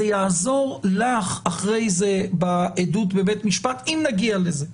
זה יעזור לך אחרי זה בעדות בבית משפט אם נגיע לזה.